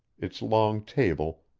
its long table,